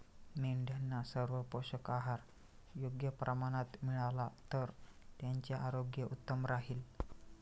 मेंढ्यांना सर्व पोषक आहार योग्य प्रमाणात मिळाला तर त्यांचे आरोग्य उत्तम राहील